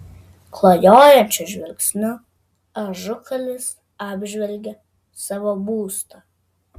klajojančiu žvilgsniu ažukalnis apžvelgė savo būstą